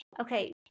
Okay